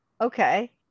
okay